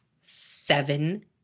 seven